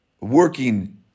working